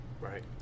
Right